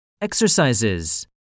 Exercises